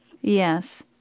Yes